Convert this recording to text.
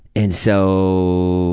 and so